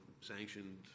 sanctioned